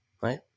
right